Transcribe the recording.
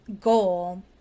goal